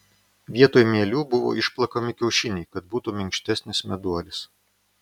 vietoj mielių buvo išplakami kiaušiniai kad būtų minkštesnis meduolis